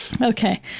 Okay